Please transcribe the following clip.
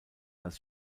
als